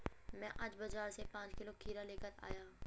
मैं आज बाजार से पांच किलो खीरा लेकर आया